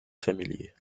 familiers